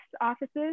offices